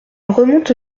remonte